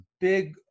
big